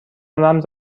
رمز